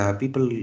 people